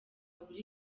abura